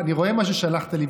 ואני רואה מה ששלחת לי,